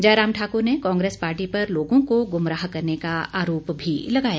जयराम ठाकुर ने कांग्रेस पार्टी पर लोगों को गुमराह करने का आरोप भी लगाया